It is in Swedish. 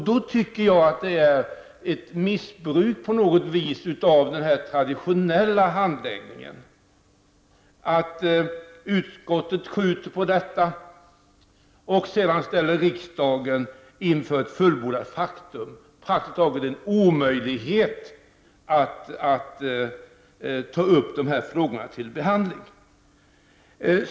Då tycker jag att det är fråga om ett missbruk av denna traditionella handläggning när utskottet skjuter på detta och sedan ställer riksdagen inför ett fullbordat faktum. Det blir praktiskt taget omöjligt att ta upp dessa frågor till behandling.